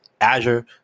Azure